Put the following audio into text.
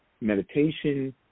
meditation